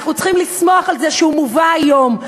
אנחנו צריכים לשמוח על זה שהוא מובא היום,